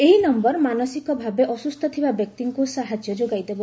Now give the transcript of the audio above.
ଏହି ନମ୍ଭର ମାନସିକ ଭାବେ ଅସ୍କୁସ୍ଥ ଥିବା ବ୍ୟକ୍ତିଙ୍କୁ ସାହାଯ୍ୟ ଯୋଗାଇଦେବ